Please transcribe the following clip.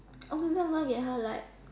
oh my God gonna get her like